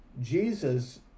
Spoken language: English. Jesus